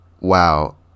wow